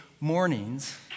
mornings